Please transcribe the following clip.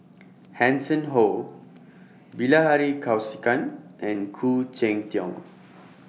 Hanson Ho Bilahari Kausikan and Khoo Cheng Tiong